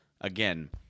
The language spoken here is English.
again